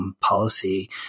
policy